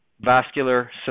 vascular